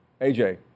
AJ